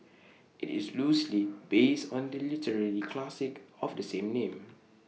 IT is loosely based on the literary classic of the same name